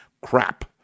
Crap